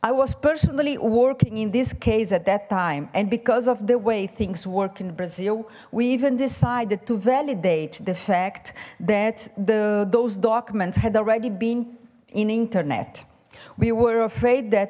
i was personally working in this case at that time and because of the way things work in brazil we even decided to validate the fact that the those documents had already been in internet we were afraid that